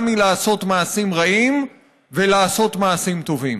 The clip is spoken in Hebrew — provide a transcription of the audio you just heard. מלעשות מעשים רעים ולעשות מעשים טובים.